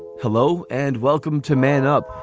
hello and welcome to man up,